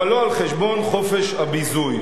אבל לא על חשבון חופש הביזוי.